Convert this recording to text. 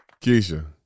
Keisha